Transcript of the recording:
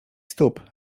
stóp